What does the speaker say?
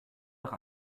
nach